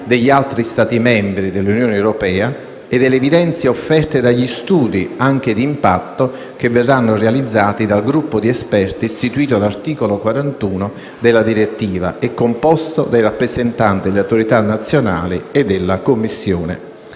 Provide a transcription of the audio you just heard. degli altri Stati membri dell'Unione europea e delle evidenze offerte dagli studi, anche di impatto, che verranno realizzati dal gruppo di esperti istituito dall'articolo 41 della direttiva e composto dai rappresentanti delle autorità nazionali e della Commissione.